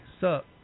Sup